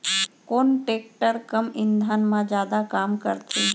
कोन टेकटर कम ईंधन मा जादा काम करथे?